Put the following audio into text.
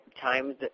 times